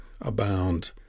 abound